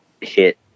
hit